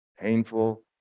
painful